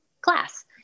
class